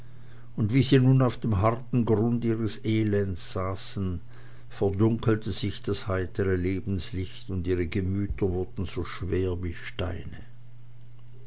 und wie sie nun auf dem harten grund ihres elendes saßen verdunkelte sich das heitere lebenslicht und ihre gemüter wurden so schwer wie steine